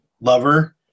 lover